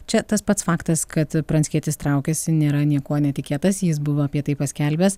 čia tas pats faktas kad pranckietis traukiasi nėra niekuo netikėtas jis buvo apie tai paskelbęs